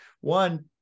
One